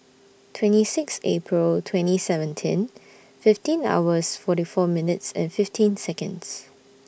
twenty six April twenty seventeen fifteen hours forty four minutes and fifteen Seconds